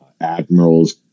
Admirals